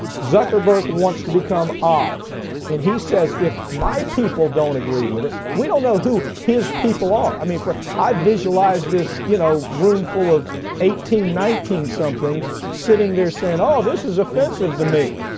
zuckerberg wants to become oz and he says, if my people don't agree with it, we don't know who his people are. i mean, i visualize this, you know, room full of eighteen, nineteen something's sitting there saying, oh, this is offensive to me.